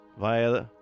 via